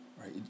right